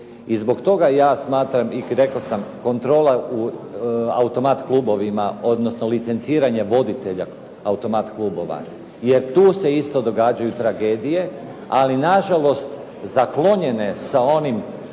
i zbog toga ja smatram i rekao sam, kontrola u automat klubovima, odnosno licenciranje voditelja automat klubova jer tu se isto događaju tragedije, ali nažalost zaklonjene sa onim